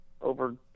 over